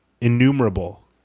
innumerable